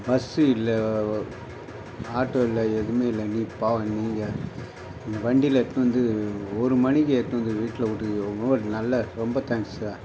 bus இல்லை auto இல்லை எதுவுமே இல்லை நீ பாவம் நீங்கள் வண்டியில் எடுத்துகிட்டு வந்து ஒரு மணிக்கு எடுத்துகிட்டு வந்து வீட்டில் விட்டுருக்கீங்க ரொம்ப நல்ல ரொம்ப தேங்க்ஸ் சார்